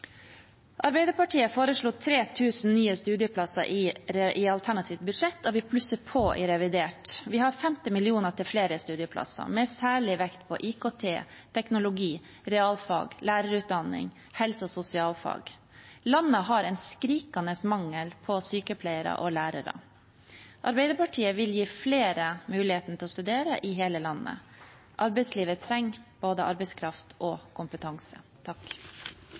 Arbeiderpartiet foreslo 3 000 nye studieplasser i alternativt budsjett, og vi plusser på i revidert. Vi har 50 mill. kr til flere studieplasser, med særlig vekt på IKT, teknologi, realfag, lærerutdanning og helse- og sosialfag. Landet har en skrikende mangel på sykepleiere og lærere. Arbeiderpartiet vil gi flere muligheten til å studere – i hele landet. Arbeidslivet trenger både arbeidskraft og kompetanse.